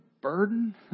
burden